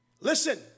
Listen